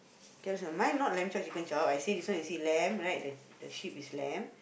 mine not lamb chop chicken chop I say this one you see lamb right the the sheep is lamb